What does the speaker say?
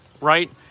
right